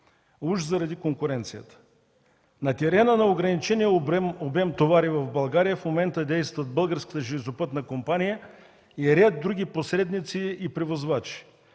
уж заради конкуренцията. На терена на ограничения обем товари в България в момента действат Българската железопътна компания и ред други посредници и превозвачи.